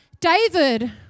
David